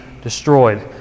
destroyed